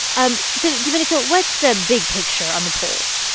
ah so, domenico, what's the big picture on the poll?